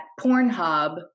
Pornhub